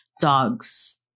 dogs